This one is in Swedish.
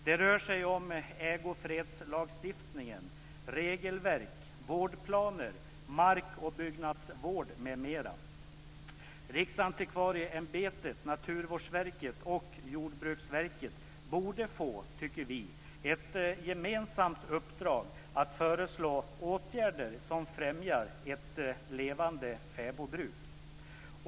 Det rör sig om ägofredslagstiftningen, regelverk, vårdplaner, mark och byggnadsvård, m.m. Jordbruksverket borde få, tycker vi, ett gemensamt uppdrag i att föreslå åtgärder som främjar ett levande fäbodbruk.